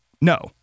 No